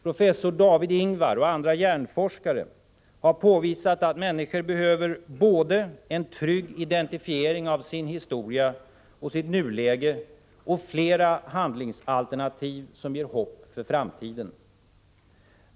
Professor David Ingvar och andra hjärnforskare har påvisat att människor behöver både en trygg identifiering av sin historia och sitt nuläge och flera handlingsalternativ som ger hopp för framtiden.